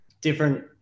different